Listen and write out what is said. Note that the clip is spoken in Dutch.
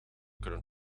kunnen